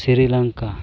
Sri Lanka